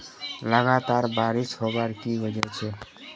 लगातार बारिश होबार की वजह छे?